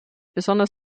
besonders